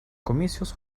comicios